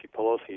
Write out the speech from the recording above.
Pelosi